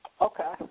Okay